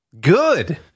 Good